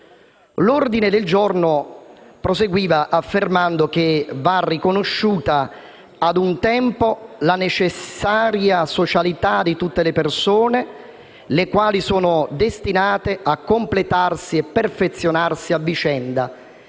L'ordine del giorno proseguiva affermando che va riconosciuta, ad un tempo, la necessaria socialità di tutte le persone, le quali sono destinate a completarsi e perfezionarsi a vicenda